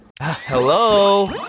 Hello